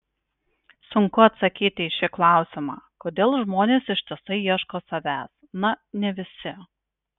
sunku atsakyti į šį klausimą kodėl žmonės ištisai ieško savęs na ne visi